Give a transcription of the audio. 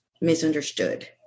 misunderstood